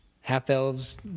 Half-elves